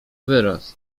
wyrost